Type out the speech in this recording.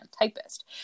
typist